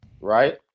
right